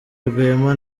rwema